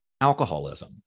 alcoholism